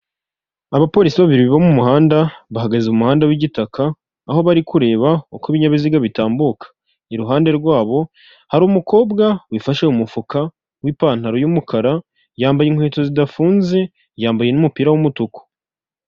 Abapolisi babiri bo mu muhanda, bahagaze mu muhanda w'igitaka aho bari kureba uko ibinyabiziga bitambuka, iruhande rwabo hari umukobwa wifashe mu mufuka w'ipantaro y'umukara yambaye inkweto zidafunze yambaye n'umupira w'umutuku.